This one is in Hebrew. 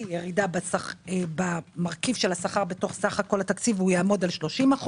ירידה במרכיב של השכר בתוך סך הכול התקציב והוא יעמוד על 30%,